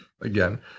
again